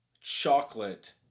chocolate